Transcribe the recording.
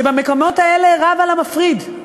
שבמקומות האלה רב על המפריד,